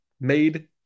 made